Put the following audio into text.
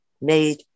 made